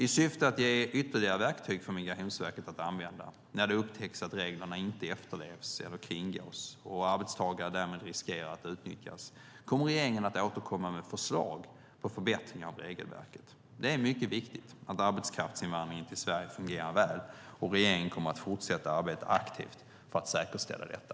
I syfte att ge ytterligare verktyg för Migrationsverket att använda när det upptäcks att reglerna inte efterlevs eller kringgås och arbetstagare därmed riskerar att utnyttjas kommer regeringen att återkomma med förslag på förbättringar av regelverket. Det är mycket viktigt att arbetskraftsinvandringen till Sverige fungerar väl, och regeringen kommer att fortsätta arbeta aktivt för att säkerställa detta.